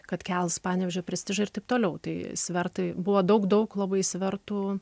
kad kels panevėžio prestižą ir taip toliau tai svertai buvo daug daug labai svertų